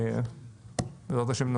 ובעזרת השם,